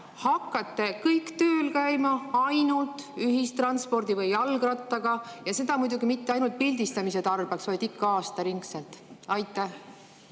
hakkate kõik tööl käima ainult ühistranspordi või jalgrattaga – seda muidugi mitte ainult pildistamise tarbeks, vaid ikka aastaringselt. Tänan,